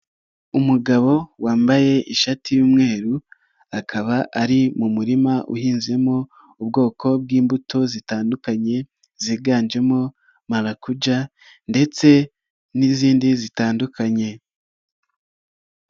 Umugabo wambaye ishati y'umweru akaba ari mu murima uhinzemo ubwoko bw'imbuto zitandukanye ziganjemo marakuja ndetse n'izindi zitandukanye.